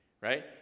right